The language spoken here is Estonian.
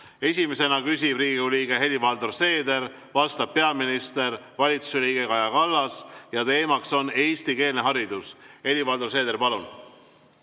Esimesena küsib Riigikogu liige Helir-Valdor Seeder, vastab peaminister, valitsuse liige Kaja Kallas ja teema on eestikeelne haridus. Helir-Valdor Seeder, palun!